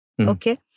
Okay